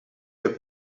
che